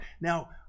Now